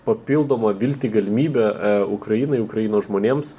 papildomą viltį galimybę ukrainai ukrainos žmonėms